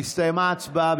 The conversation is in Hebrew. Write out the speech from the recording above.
הסתיימה ההצבעה.